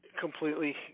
completely